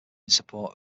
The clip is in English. support